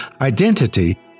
Identity